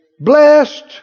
blessed